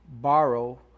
borrow